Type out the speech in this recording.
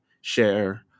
share